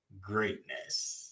greatness